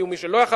ומי שלא,